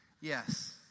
Yes